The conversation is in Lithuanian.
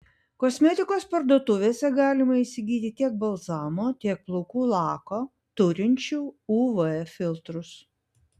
kosmetikos parduotuvėse galima įsigyti tiek balzamo tiek plaukų lako turinčių uv filtrus